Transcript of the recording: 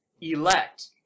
elect